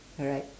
alright